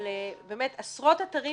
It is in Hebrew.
אבל באמת עשרות אתרים